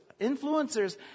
influencers